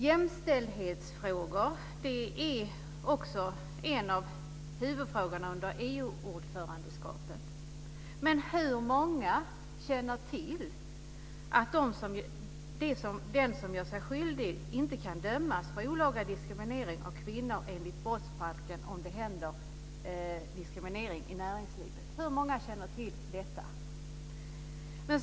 Jämställdhetsfrågor är också ett av huvudtemana under EU-ordförandeperioden. Men hur många känner till att den som gör sig skyldig till diskriminering i näringslivet inte kan dömas för olaga diskriminering av kvinnor enligt brottsbalken?